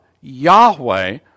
Yahweh